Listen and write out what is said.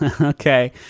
okay